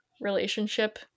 relationship